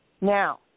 Now